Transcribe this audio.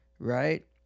Right